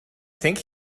think